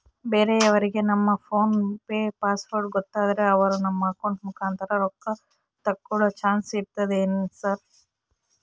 ಬೇರೆಯವರಿಗೆ ನಮ್ಮ PhonePe password ಗೊತ್ತಾದ್ರೆ ಅವರು ನಮ್ಮ ಅಕೌಂಟ್ ಮುಖಾಂತರ ರೊಕ್ಕ ತಕ್ಕೊಳ್ಳೋ ಚಾನ್ಸ್ ಇರ್ತದೆನ್ರಿ ಸರ್?